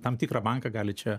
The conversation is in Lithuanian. tam tikrą banką gali čia